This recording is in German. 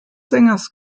sängers